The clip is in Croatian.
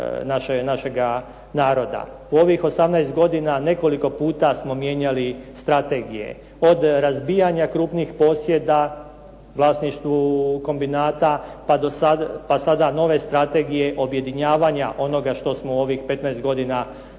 U ovih 18 godina nekoliko puta smo mijenjali strategije, od razbijanja krupnih posjeda u vlasništvu kombinata, pa sada nove strategije objedinjavanja onoga što smo u ovih 15 godina i dodatno